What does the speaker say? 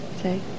say